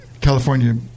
California